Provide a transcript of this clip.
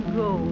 go